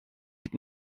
hyd